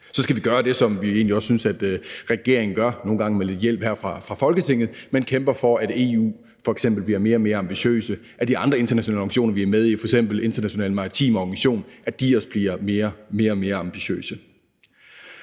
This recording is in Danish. Så skal vi gøre det, som vi egentlig også synes at regeringen gør – nogle gange med lidt hjælp her fra Folketinget – nemlig kæmpe for, at EU f.eks. bliver mere og mere ambitiøse, og at de andre internationale organisationer, vi er med i, f.eks. Den Internationale Maritime Organisation, også bliver mere og mere ambitiøse.